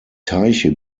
teiche